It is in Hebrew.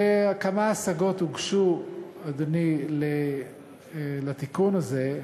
כמה השגות הוגשו, אדוני, לתיקון הזה.